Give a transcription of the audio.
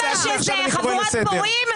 חבורת פורעים?